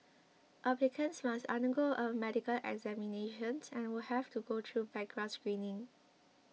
applicants must undergo a medical examination and will have to go through background screening